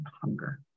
hunger